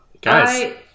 guys